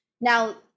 Now